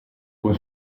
con